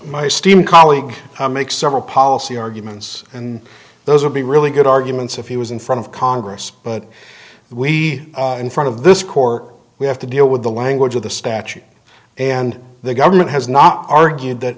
my steam colleague make several policy arguments and those would be really good arguments if he was in front of congress but we in front of this core we have to deal with the language of the statute and the government has not argued that